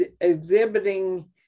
exhibiting